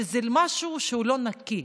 שזה משהו לא נקי,